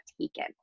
taken